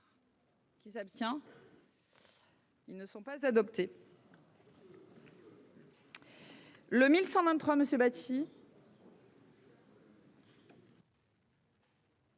Qui s'abstient. Ils ne sont pas adoptés. Le 1123 Monsieur